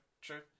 true